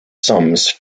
sums